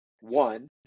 one